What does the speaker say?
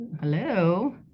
Hello